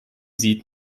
sieht